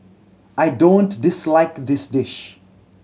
I don't dislike this dish